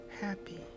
happy